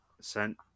sent